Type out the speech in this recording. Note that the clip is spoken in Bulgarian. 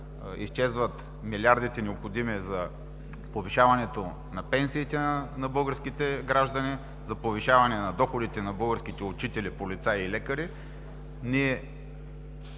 изчезват милиардите необходими за повишаването на пенсиите на българските граждани, за повишаване на доходите на българските учители, полицаи и лекари,